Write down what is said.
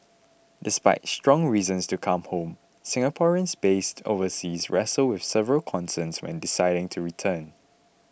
despite strong reasons to come home Singaporeans based overseas wrestle with several concerns when deciding to return